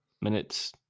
minutes